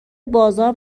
بازار